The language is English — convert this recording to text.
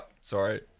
Sorry